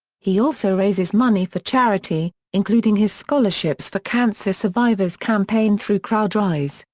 he also raises money for charity, including his scholarships for cancer survivors campaign through crowdrise,